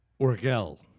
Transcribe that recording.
Orgel